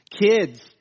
kids